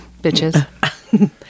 bitches